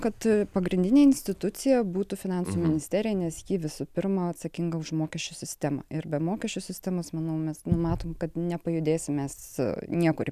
kad pagrindinė institucija būtų finansų ministerija nes ji visų pirma atsakinga už mokesčių sistemą ir be mokesčių sistemos manau mes nu matom kad nepajudėsim mes niekur